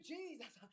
Jesus